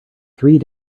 three